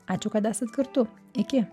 ačiū kad esat kartu iki